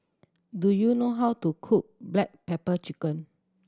do you know how to cook black pepper chicken